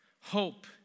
Hope